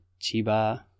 Chiba